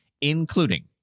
including